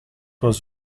was